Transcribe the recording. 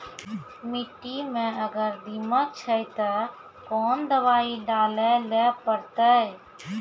मिट्टी मे अगर दीमक छै ते कोंन दवाई डाले ले परतय?